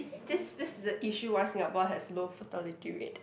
is this this is the issue why Singapore has low fertility rate